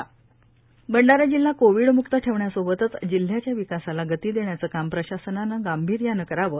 नाना पटोले भंडारा जिल्हा कोविडमुक्त ठेवण्यासोबतच जिल्ह्याच्या विकासाला गती देण्याचे काम प्रशासनाने गांभीर्याने करावे